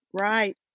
right